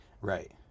right